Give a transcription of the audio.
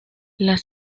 las